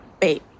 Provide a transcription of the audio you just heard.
babe